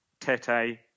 Tete